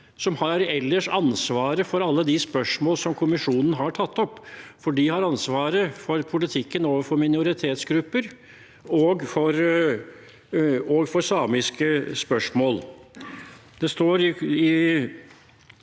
som ellers har ansvaret for alle de spørsmål som kommisjonen har tatt opp, for de har ansvaret for politikken for minoritetsgrupper og for samiske spørsmål.